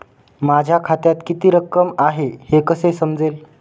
माझ्या खात्यात किती रक्कम आहे हे कसे समजेल?